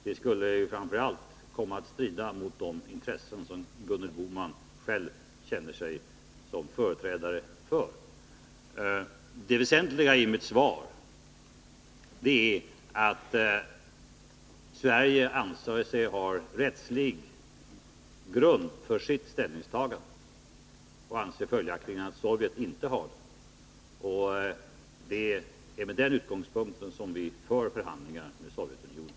Det skulle framför allt komma att strida mot de intressen som Gunhild Bolander själv känner sig som företrädare för. Det väsentliga i mitt svar är att Sverige anser sig ha rättslig grund för sitt ställningstagande, och följaktligen anser vi att Sovjet inte har det. Det är med den utgångspunkten vi för förhandlingarna med Sovjetunionen.